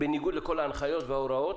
בניגוד לכל ההנחיות וההוראות,